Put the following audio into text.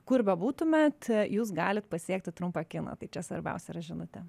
kur bebūtumėt jūs galit pasiekti trumpą kiną tai čia svarbiausia yra žinutė